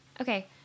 okay